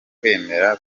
kwemera